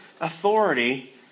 authority